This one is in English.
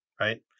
Right